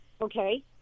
okay